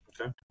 Okay